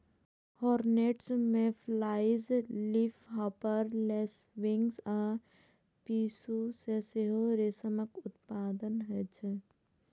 hornets, mayflies, leafhopper, lacewings आ पिस्सू सं सेहो रेशमक उत्पादन होइ छै